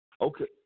Okay